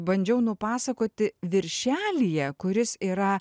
bandžiau nupasakoti viršelyje kuris yra